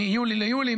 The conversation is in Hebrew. מיולי ליולי,